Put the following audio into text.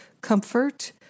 comfort